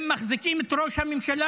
הם מחזיקים את ראש הממשלה